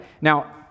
Now